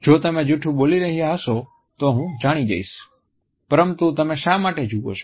જો તમે જૂઠું બોલી રહ્યાં હશો તો હું જાણી જઈશ પરંતુ તમે શા માટે જુઓ છો